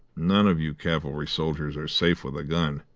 none of you cavalry soldiers are safe with a gun.